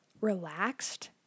relaxed